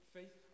faith